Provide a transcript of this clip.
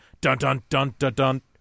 dun-dun-dun-dun-dun